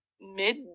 mid